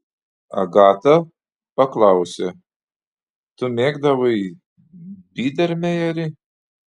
agata paklausė tu mėgdavai bydermejerį